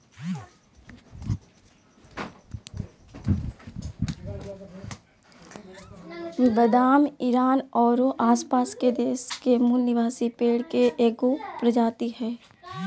बादाम ईरान औरो आसपास के देश के मूल निवासी पेड़ के एगो प्रजाति हइ